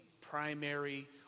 primary